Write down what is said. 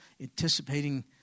anticipating